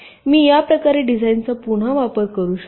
मी या प्रकारे डिझाइनचा पुन्हा वापर करू शकतो